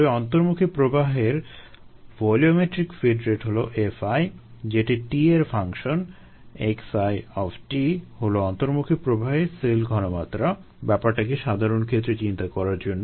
ধরি অন্তর্মুখী প্রবাহের ভলিওমেট্রিক ফিড রেট হলো Fi যেটি t এর ফাংশন xi হলো অন্তর্মুখী প্রবাহে সেল ঘনমাত্রা ব্যাপারটাকে সাধারণক্ষেত্রে চিন্তা করার জন্য